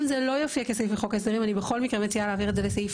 אם זה לא יופיע כסעיף בחוק ההסדרים אני בכל מקרה מציעה להעביר את זה לסעיף